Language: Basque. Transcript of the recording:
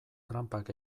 tranpak